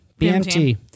bmt